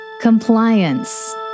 Compliance